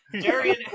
Darian